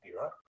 right